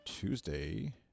Tuesday